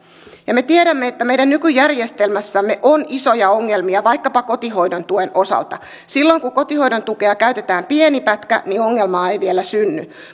me tiedämme että meidän nykyjärjestelmässämme on isoja ongelmia vaikkapa kotihoidon tuen osalta silloin kun kotihoidon tukea käytetään pieni pätkä ongelmaa ei vielä synny